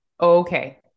Okay